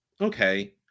okay